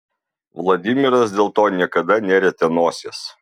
vladimiras dėl to niekada nerietė nosies